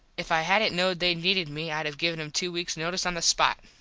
if i hadnt knowed they needed me id have given him two weaks notise on the spot.